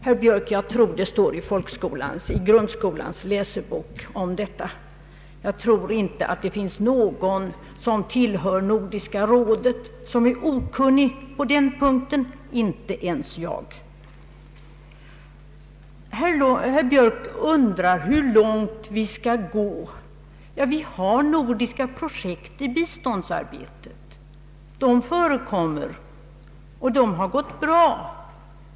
Herr Björk, jag tror att det står i grundskolans läsebok om detta. Jag tror inte att någon som tillhör Nordiska rådet är okunnig på den punkten, inte ens jag. Herr Björk undrar hur långt vi skall gå. Vi har nordiska projekt i biståndsarbetet. De har gått bra.